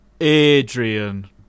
Adrian